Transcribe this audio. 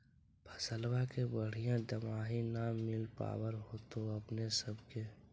फसलबा के बढ़िया दमाहि न मिल पाबर होतो अपने सब के?